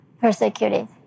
persecuted